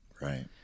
Right